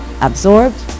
absorbed